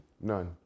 none